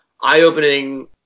eye-opening